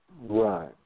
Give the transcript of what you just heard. Right